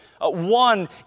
One